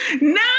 No